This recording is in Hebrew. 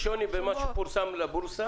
יש שוני בין מה שפורסם לבורסה,